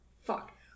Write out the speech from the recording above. Fuck